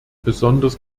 besonders